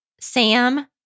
Sam